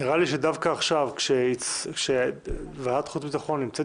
נראה לי שדווקא עכשיו כשוועדת חוץ וביטחון נמצאת